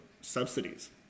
subsidies